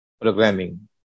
programming